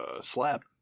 slap